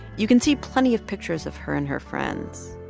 you can see plenty of pictures of her and her friends.